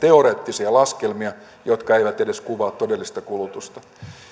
teoreettisia laskelmia jotka eivät edes kuvaa todellista kulutusta